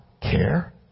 care